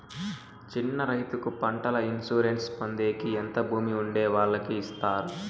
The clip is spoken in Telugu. చిన్న రైతుకు పంటల ఇన్సూరెన్సు పొందేకి ఎంత భూమి ఉండే వాళ్ళకి ఇస్తారు?